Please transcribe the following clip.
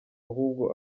ahubwo